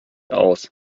aus